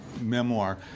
memoir